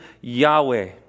Yahweh